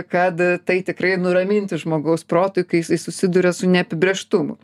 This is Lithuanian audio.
kad tai tikrai nuraminti žmogaus protui kai jis susiduria su neapibrėžtumu